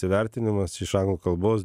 įvertinimas iš anglų kalbos